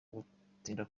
gutinda